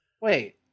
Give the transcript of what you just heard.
wait